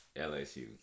LSU